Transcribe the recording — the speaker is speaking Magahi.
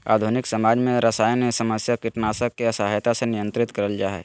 आधुनिक समाज में सरसायन समस्या कीटनाशक के सहायता से नियंत्रित करल जा हई